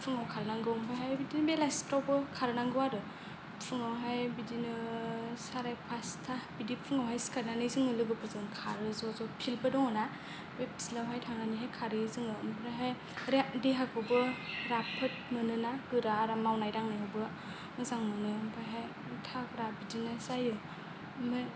फुंआव खारनांगौ आमफ्राय बिदिनो बेलासिफ्रावबो खारनांगौ आरो फुंआवहाय बिदिनो साराय पासथा बिदि फुंआवहाय सिखारनानै जोङो लोगोफोरजों खारो ज'ज' फिल्डबो दङना बे फिल्डावहाय थांनानैहाय खारहैयो जोङो आमफ्राय देहाखौबो राफोद मोनोना गोरा आरो मावनाय दांनायावबो मोजां मोनो आमफ्रायहाय थाग्रा बिदिनो जायो